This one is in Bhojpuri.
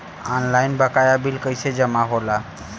ऑनलाइन बकाया बिल कैसे जमा होला?